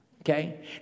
Okay